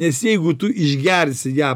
nes jeigu tu išgersi ją